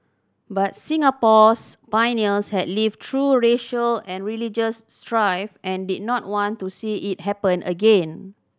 but Singapore's pioneers had lived through racial and religious strife and did not want to see it happen again